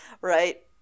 right